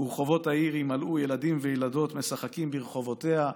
ורחבות העיר ימלאו ילדים וילדות משחקים ברחבתיה".